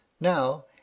Now